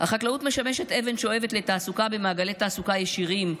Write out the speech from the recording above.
החקלאות משמשת אבן שואבת לתעסוקה במעגלי תעסוקה ישירים,